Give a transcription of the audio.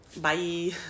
bye